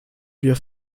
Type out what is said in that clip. wir